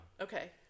Okay